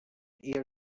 ear